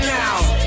now